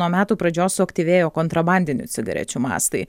nuo metų pradžios suaktyvėjo kontrabandinių cigarečių mastai